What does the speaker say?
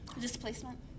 Displacement